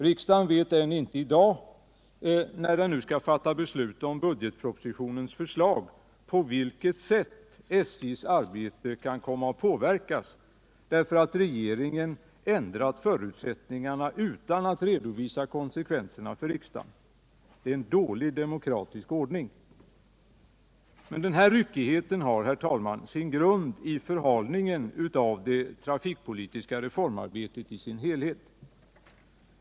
Riksdagen vet inte än i dag, när den nu skall fatta beslut om budgetpropositionens förslag, på vilket sätt SJ:s arbete kan komma att påverkas, därför att regeringen ändrat förutsättningarna utan att redovisa konsekvenserna för riksdagen. Det är en dålig demokratisk ordning. Men den här ryckigheten har, herr talman, sin grund i förhalningen av det trafikpolitiska reformarbetet i dess helhet.